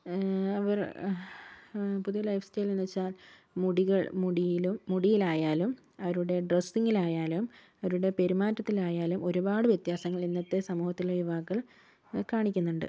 അവര് പുതിയ lifestyle എന്നു വെച്ചാൽ മുടികൾ മുടിയിലും മുടിയിലായാലും അവരുടെ ഡ്രസ്സിങ്ങിലയാലും അവരുടെ പെരുമാറ്റത്തിലായാലും ഒരുപാട് വ്യത്യാസങ്ങൾ ഇന്നത്തെ സമൂഹത്തിലെ യുവാക്കൾ കാണിക്കുന്നുണ്ട്